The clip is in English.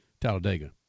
Talladega